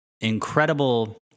incredible